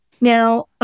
Now